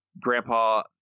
Grandpa